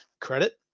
credit